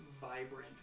vibrant